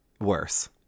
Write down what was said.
Worse